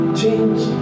change